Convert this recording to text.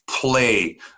play